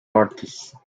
parties